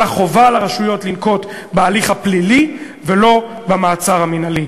חלה חובה על הרשויות לנקוט בהליך הפלילי ולא במעצר המינהלי.